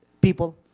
People